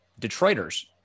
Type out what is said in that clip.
Detroiters